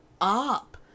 up